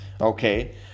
okay